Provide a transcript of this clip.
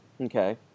Okay